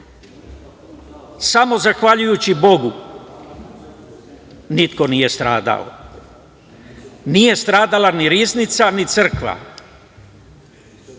Samo zahvaljujući Bogu niko nije stradao. Nije stradala ni riznica, ni crkva.